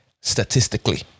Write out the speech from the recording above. statistically